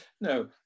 No